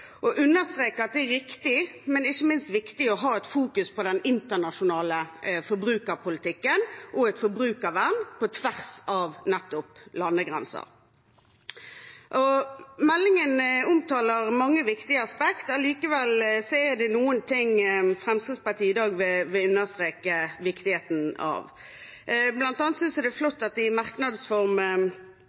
å understreke at det er riktig, men ikke minst viktig å fokusere på den internasjonale forbrukerpolitikken og et forbrukervern, på tvers av nettopp landegrenser. Meldingen omtaler mange viktige aspekter. Likevel er det noen ting Fremskrittspartiet i dag vil understreke viktigheten av. Blant annet synes jeg det er flott at det i